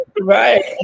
Right